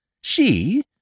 She